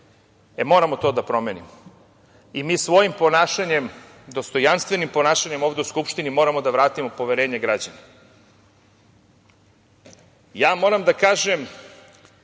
Moramo to da promenimo. Mi svojim ponašanjem, dostojanstvenim ponašanjem ovde u Skupštini moramo da vratimo poverenje građana. Moram da kažem,